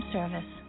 Service